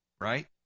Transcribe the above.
Right